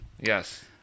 Yes